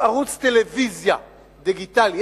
עודף ערוץ טלוויזיה דיגיטלי.